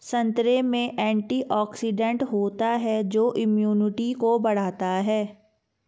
संतरे में एंटीऑक्सीडेंट होता है जो इम्यूनिटी को बढ़ाता है